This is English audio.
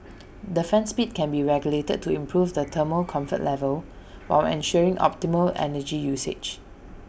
the fan speed can be regulated to improve the thermal comfort level while ensuring optimal energy usage